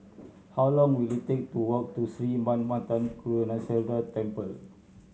how long will it take to walk to Sri Manmatha Karuneshvarar Temple